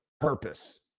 purpose